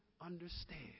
understand